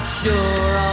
sure